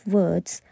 words